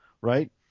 Right